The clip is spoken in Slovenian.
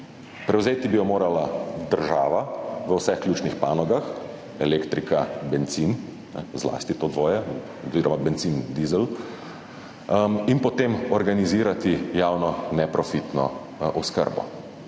Prevzeti bi jo morala država v vseh ključnih panogah (elektrika, bencin, zlasti to dvoje oziroma bencin, dizel) in potem organizirati javno neprofitno oskrbo.